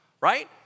right